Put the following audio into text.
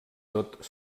tot